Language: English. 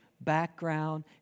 background